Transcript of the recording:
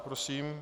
Prosím.